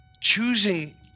Choosing